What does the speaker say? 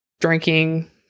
drinking